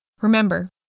Remember